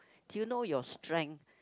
do you know your strength